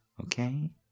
Okay